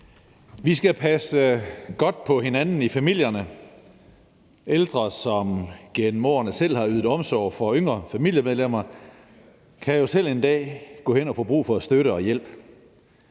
Vi skal passe godt på hinanden i familierne. Ældre, som gennem årene selv har ydet omsorg for yngre familiemedlemmer, kan jo selv en dag gå hen og få brug for støtte og hjælp.